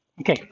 okay